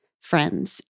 Friends